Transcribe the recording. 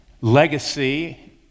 legacy